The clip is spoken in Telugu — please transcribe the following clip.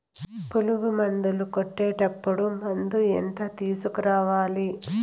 పులుగు మందులు కొట్టేటప్పుడు మందు ఎంత తీసుకురావాలి?